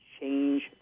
change